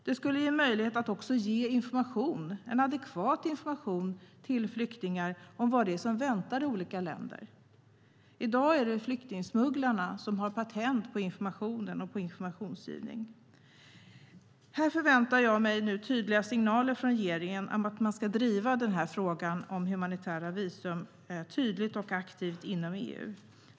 Det skulle ge möjlighet att ge adekvat information till flyktingar om vad det är som väntar i olika länder. I dag är det flyktingsmugglarna som har patent på informationen och på informationsgivningen. Jag förväntar mig nu tydliga signaler från regeringen om att man ska driva frågan om humanitära visum tydligt och aktivt inom EU.